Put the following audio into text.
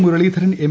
Muraleedharan M